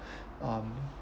um